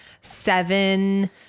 seven